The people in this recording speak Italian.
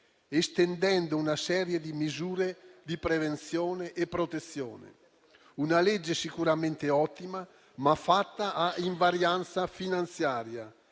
estendendo una serie di misure di prevenzione e protezione; una legge sicuramente ottima, ma fatta a invarianza finanziaria